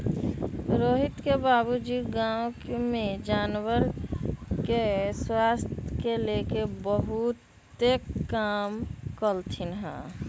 रोहित के बाबूजी गांव में जानवर के स्वास्थ के लेल बहुतेक काम कलथिन ह